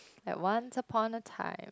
like once upon a time